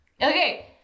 Okay